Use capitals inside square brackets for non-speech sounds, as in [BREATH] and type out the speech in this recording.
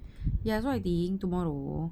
[BREATH] ya so I think tomorrow